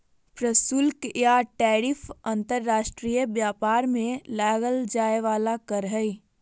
प्रशुल्क या टैरिफ अंतर्राष्ट्रीय व्यापार में लगल जाय वला कर हइ